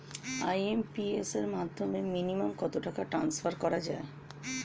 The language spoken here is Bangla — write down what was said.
আই.এম.পি.এস এর মাধ্যমে মিনিমাম কত টাকা ট্রান্সফার করা যায়?